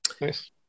Nice